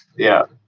yeah.